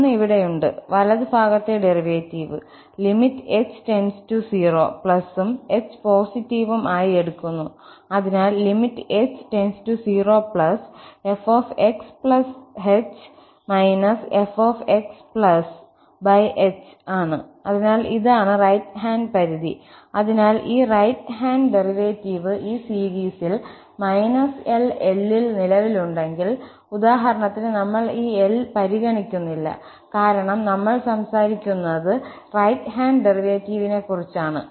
ഒന്ന് ഇവിടെയുണ്ട് വലതു ഭാഗത്തെ ഡെറിവേറ്റീവ് limit h → 0 ഉം h പോസിറ്റീവും ആയി എടുക്കുന്നു അതിനാൽ h 0 fxh fxhആണ് അതിനാൽ ഇതാണ് റൈറ്റ് ഹാൻഡ് പരിധി അതിനാൽ ഈ റൈറ്റ് ഹാൻഡ് ഡെറിവേറ്റീവ് ഈ സീരീസിൽ −L L ൽ നിലവിലുണ്ടെങ്കിൽ ഉദാഹരണത്തിന് നമ്മൾ ഈ L പരിഗണിക്കുന്നില്ല കാരണം നമ്മൾ സംസാരിക്കുന്നത് റൈറ്റ് ഹാൻഡ് ഡെറിവേറ്റീവിനെക്കുറിച്ചാണ്